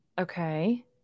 Okay